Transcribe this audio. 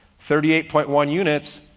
thirty eight point one units.